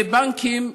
בבנקים,